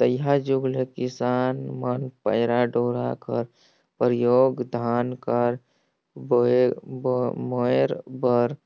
तइहा जुग ले किसान मन पैरा डोरा कर परियोग धान कर मोएर बर